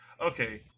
Okay